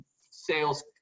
sales